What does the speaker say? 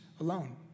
alone